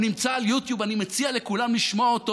הוא נמצא ביוטיוב, אני מציע לכולם לשמוע אותו.